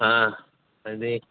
ꯑꯥ ꯍꯥꯏꯗꯤ